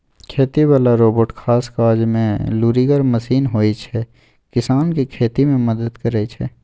खेती बला रोबोट खास काजमे लुरिगर मशीन होइ छै किसानकेँ खेती मे मदद करय छै